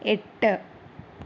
എട്ട്